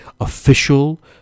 official